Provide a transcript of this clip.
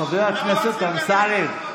חבר הכנסת אמסלם,